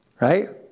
right